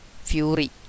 fury